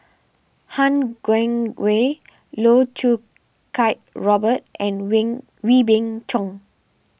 Han Guangwei Loh Choo Kiat Robert and when Wee Beng Chong